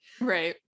right